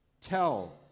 Tell